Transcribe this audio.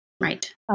Right